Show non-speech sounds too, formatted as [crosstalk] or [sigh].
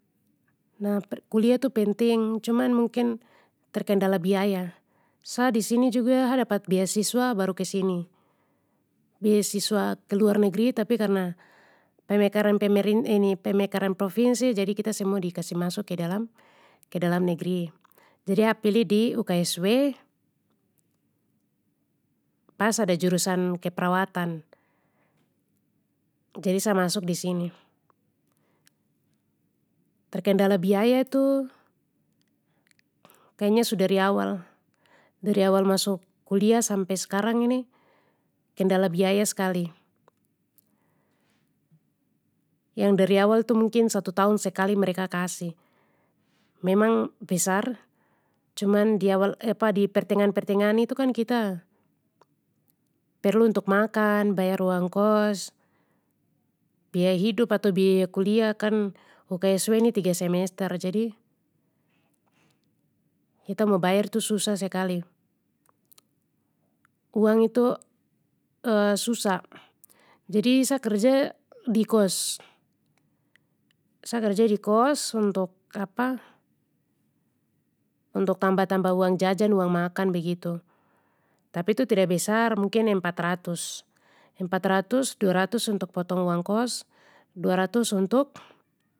Nah kuliah tu penting cuman mungkin, terkendala biaya, sa disini juga ha dapat beasiswa baru kesini. Beasiswa ke luar negri tapi karna, pemekaran pemerin ini pemekaran provinsi jadi kita semua dikasih masuk ke dalam ke dalam negri. Jadi ha pilih di uksw. Pas ada jurusan keperawatan, jadi sa masuk disini. Terkendala biaya tu, kayanya su dari awal, dari awal masuk kuliah sampe sekarang ni, kendala biaya skali. Yang dari awal itu mungkin satu tahun sekali mereka kasih, memang besar, cuman di awal di [hesitation] di pertengahan pertengahan itu kita, perlu untuk makan, bayar uang kos, biaya hidup atau biaya kuliah kan UKSW ni tiga semester jadi, kita mau bayar tu susah sekali. Uang itu [hesitation] susah, jadi sa kerja di kos. Sa kerja di kos, untuk [hesitation] untuk tambah tambah uang jajan uang makan begitu, tapi itu tida besar mungkin empat ratus, empat ratus dua ratus untuk potong uang kos dua ratus untuk.